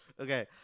Okay